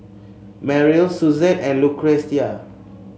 Merrill Suzette and Lucretia